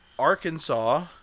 Arkansas